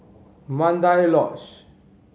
Mandai Lodge